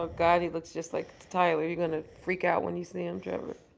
oh god, he looks just like tyler. you're gonna freak out when you see him, trevor